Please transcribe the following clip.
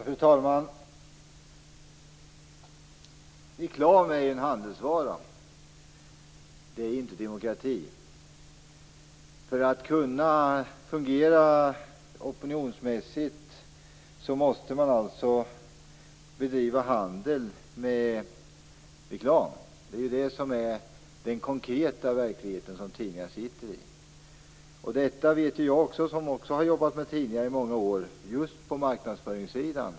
Fru talman! Reklam är en handelsvara. Det är inte demokrati. För att kunna fungera opinionsmässigt måste man alltså bedriva handel med reklam. Det är den konkreta verklighet som tidningar befinner sig i. Detta vet ju jag som också har jobbat med tidningar under många år på marknadsföringssidan.